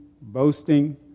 boasting